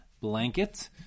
blanket